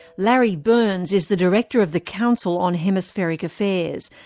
larry birns is the director of the council on hemispheric affairs,